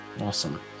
Awesome